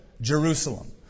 Jerusalem